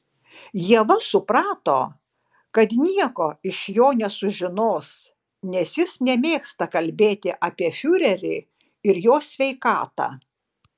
ieva suprato kad nieko iš jo nesužinos nes jis nemėgsta kalbėti apie fiurerį ir jo sveikatą